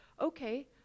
Okay